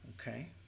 Okay